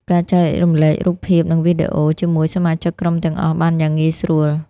ការចែករំលែករូបភាព និងវីដេអូ ជាមួយសមាជិកក្រុមទាំងអស់បានយ៉ាងងាយស្រួល។